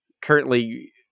currently